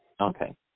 Okay